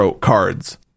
cards